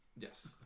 Yes